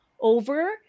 over